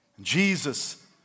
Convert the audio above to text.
Jesus